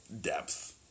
depth